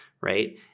Right